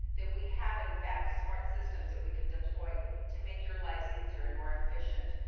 that we have in fact smart systems that we can deploy to make your lives easier and more efficient,